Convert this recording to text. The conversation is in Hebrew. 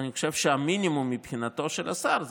אני חושב שהמינימום מבחינתו של השר זה